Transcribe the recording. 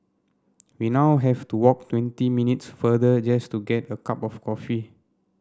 we now have to walk twenty minutes farther just to get a cup of coffee